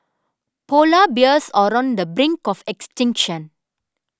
Polar Bears are on the brink of extinction